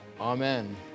Amen